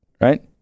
right